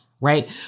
right